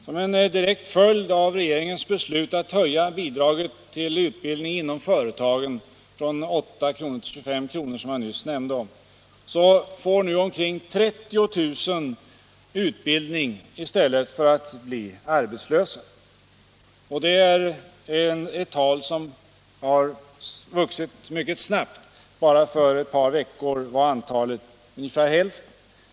Som en direkt följd av regeringens beslut att höja bidraget till utbildning inom företagen från 8 kr. till 25 kr. per timme, som jag nyss nämnde, får nu omkring 30 000 personer utbildning i stället för att bli arbetslösa. Det är ett tal som har vuxit mycket snabbt. Bara för ett par veckor sedan var antalet ungefär hälften.